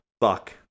fuck